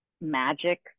magic